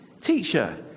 teacher